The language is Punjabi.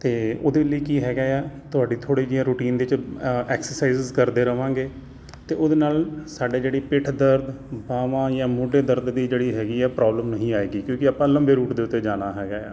ਅਤੇ ਉਹਦੇ ਲਈ ਕੀ ਹੈਗਾ ਆ ਤੁਹਾਡੀ ਥੋੜ੍ਹੀ ਜਿਹੀ ਰੂਟੀਨ ਦੇ 'ਚ ਅ ਐਕਸਰਸਾਈਜ ਕਰਦੇ ਰਹਾਂਗੇ ਅਤੇ ਉਹਦੇ ਨਾਲ ਸਾਡੀ ਜਿਹੜੀ ਪਿੱਠ ਦਰਦ ਬਾਹਵਾਂ ਜਾਂ ਮੋਢੇ ਦਰਦ ਦੀ ਜਿਹੜੀ ਹੈਗੀ ਆ ਪ੍ਰੋਬਲਮ ਨਹੀਂ ਆਏਗੀ ਕਿਉਂਕਿ ਆਪਾਂ ਲੰਬੇ ਰੂਟ ਦੇ ਉੱਤੇ ਜਾਣਾ ਹੈਗਾ ਆ